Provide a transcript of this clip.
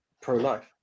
pro-life